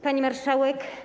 Pani Marszałek!